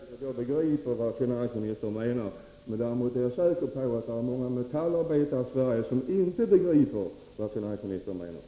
Herr talman! Jag är inte säker på att jag begriper vad finansministern menar. Däremot är jag säker på att många metallarbetare i Sverige inte begriper vad finansministern menar.